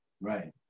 right